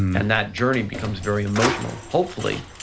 and that journey becomes very emotional, hopefully,